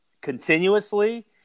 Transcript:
continuously